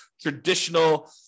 traditional